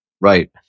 Right